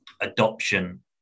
adoption